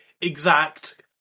exact